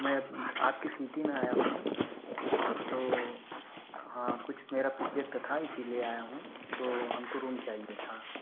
मैं आपकी सिटी में आया हूँ तो हाँ कुछ मेरा प्रोजेक्ट था इसीलिए आया हूँ तो हमको रूम चाहिए था